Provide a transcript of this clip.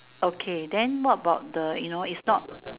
okay then what about the you know it's not